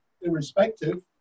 irrespective